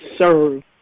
serve